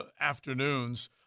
afternoons